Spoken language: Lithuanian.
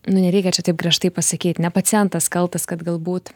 nu nereikia čia taip griežtai pasakyt ne pacientas kaltas kad galbūt